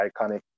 iconic